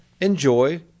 enjoy